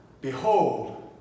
Behold